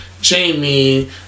Jamie